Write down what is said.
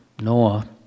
Noah